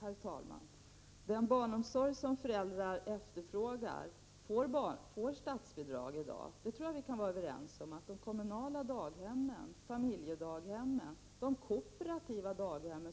Herr talman! Den barnomsorg som föräldrar efterfrågar får i dag statsbidrag. Jag tror att vi kan vara överens om att de kommunala daghemmen, familjedaghemmen och det växande antalet kooperativa daghem